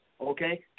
okay